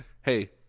Hey